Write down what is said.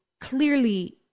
clearly